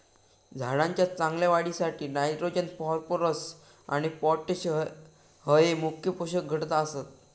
झाडाच्या चांगल्या वाढीसाठी नायट्रोजन, फॉस्फरस आणि पोटॅश हये मुख्य पोषक घटक आसत